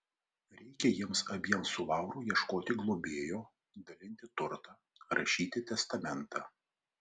reikia jiems abiems su lauru ieškoti globėjo dalinti turtą rašyti testamentą